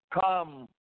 Come